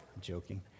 joking